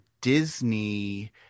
Disney